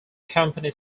company